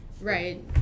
Right